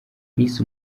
miss